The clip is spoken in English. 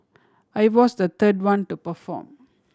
I was the third one to perform